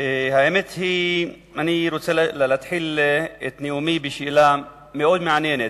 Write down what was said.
אני רוצה להתחיל את נאומי בשאלה מאוד מעניינת.